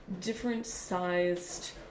different-sized